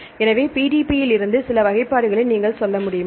எனவே PBD இலிருந்து சில வகைப்பாடுகளை நீங்கள் சொல்ல முடியுமா